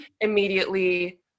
immediately